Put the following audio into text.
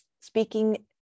speaking